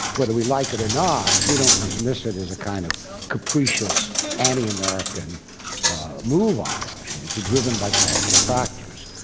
whether we like it or not. we don't dismiss it as a kind of capricious anti-american move on russia. it's driven by powerful factors.